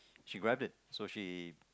she grabbed it so she